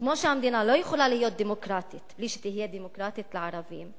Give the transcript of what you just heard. כמו שהמדינה לא יכולה להיות דמוקרטית בלי שתהיה דמוקרטית לערבים,